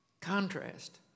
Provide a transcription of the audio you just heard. contrast